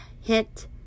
hit